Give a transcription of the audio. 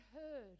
heard